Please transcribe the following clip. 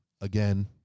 again